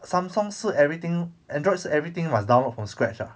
samsung 是 everything androids everything was download from scratch 了